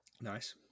Nice